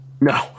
No